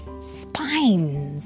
spines